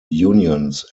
unions